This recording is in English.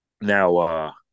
Now